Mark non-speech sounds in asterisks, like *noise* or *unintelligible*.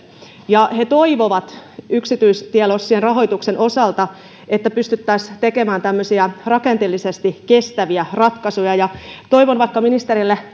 he toivovat yksityistielossien rahoituksen osalta että pystyttäisiin tekemään tämmöisiä rakenteellisesti kestäviä ratkaisuja toivon vaikka ministerille *unintelligible*